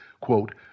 Quote